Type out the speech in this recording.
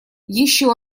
еще